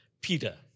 Peter